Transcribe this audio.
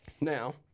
Now